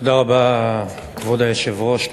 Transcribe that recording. תודה רבה, כבוד היושב-ראש.